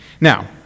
Now